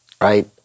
right